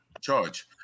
charge